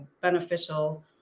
beneficial